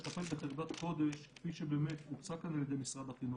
לטפל בחרדת קודש כפי שבאמת הוצע כאן על ידי משרד החינוך,